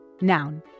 Noun